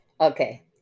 okay